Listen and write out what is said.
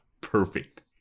perfect